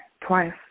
Twice